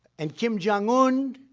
and kim jong un.